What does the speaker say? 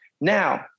Now